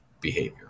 behavior